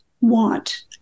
want